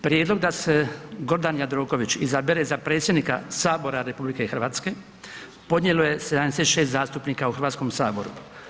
Prijedlog da se Gordan Jandroković izabere za predsjednika sabora RH podnijelo je 76 zastupnika u Hrvatskom saboru.